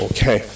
Okay